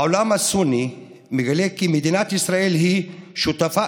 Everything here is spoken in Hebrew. העולם הסוני מגלה כי מדינת ישראל היא שותפה